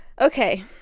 Okay